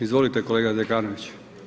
Izvolite kolega Zekanović.